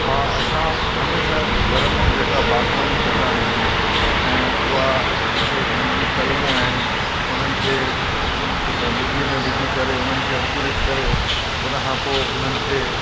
हा असां हमेशह घर में जेका बाग़बानी कंदा आहियूं ऐं उहा जेके नंढियूं कलमूं आहिनि हुननि खे मिटीअ में विझी करे उन्हनि खे अंकुरित करे उन खां पोइ उन्हनि खे